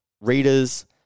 readers